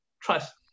trust